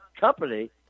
company